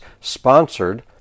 sponsored